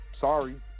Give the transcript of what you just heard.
Sorry